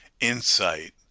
insight